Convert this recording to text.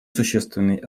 существенный